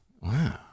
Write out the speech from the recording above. wow